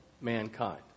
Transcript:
mankind